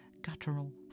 guttural